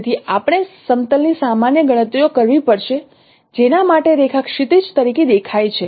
તેથી આપણે સમતલ ની સામાન્ય ગણતરી કરવી પડશે જેના માટે રેખા ક્ષિતિજ તરીકે દેખાય છે